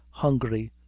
hungry,